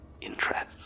interest